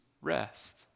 rest